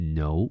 no